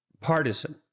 partisan